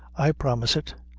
i promise it.